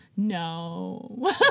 No